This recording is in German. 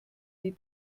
die